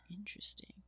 Interesting